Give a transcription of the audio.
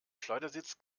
schleudersitz